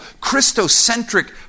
Christocentric